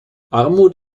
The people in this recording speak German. armut